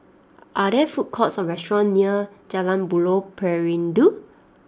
are there food courts or restaurants near Jalan Buloh Perindu